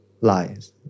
lies